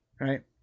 right